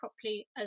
properly